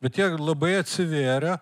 bet jie labai atsivėrė